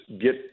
get